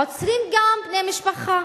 עוצרים גם בני-משפחה,